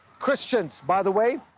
christians, by the way,